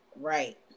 Right